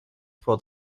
for